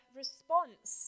response